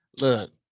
Look